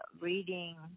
reading